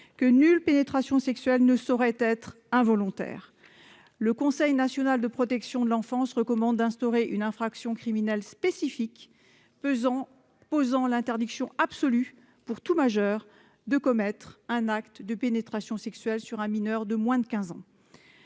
que nulle pénétration sexuelle ne saurait être involontaire. Le Conseil national de la protection de l'enfance recommande d'instaurer une infraction criminelle spécifique posant l'interdiction absolue, pour tout majeur, de commettre un acte de pénétration sexuelle sur un mineur de moins de 15 ans.